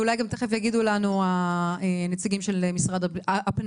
ואולי גם תכף יגידו לנו הנציגים של משרד הפנים.